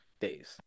days